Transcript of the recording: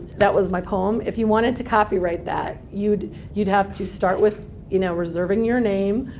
that was my poem. if you wanted to copyright that, you'd you'd have to start with you know reserving your name,